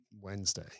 Wednesday